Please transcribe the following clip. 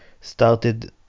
started